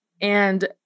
And-